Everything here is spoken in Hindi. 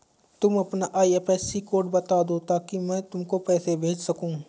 तुम अपना आई.एफ.एस.सी कोड बता दो ताकि मैं तुमको पैसे भेज सकूँ